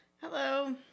Hello